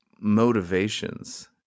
motivations